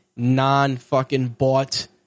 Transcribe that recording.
non-fucking-bought